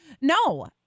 No